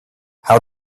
how